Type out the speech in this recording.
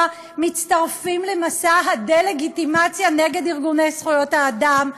מצטרפים למסע הדה-לגיטימציה נגד ארגוני זכויות האדם.